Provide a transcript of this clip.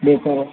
بہتر ہے